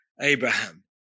Abraham